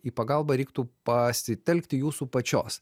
į pagalbą reiktų pasitelkti jūsų pačios